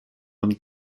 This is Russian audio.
нам